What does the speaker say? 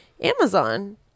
Amazon